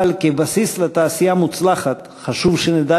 אבל כבסיס לתעשייה מוצלחת חשוב שנדע